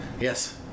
Yes